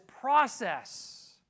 process